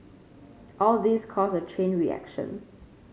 all these cause a chain reaction